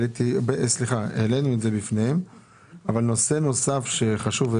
12-11-02. כפי שחבר הכנסת פינדרוס ציין,